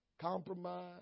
Compromise